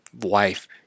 wife